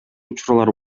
учурлар